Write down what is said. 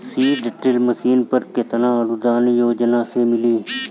Seed drill machine पर केतना अनुदान योजना में मिली?